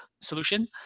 solution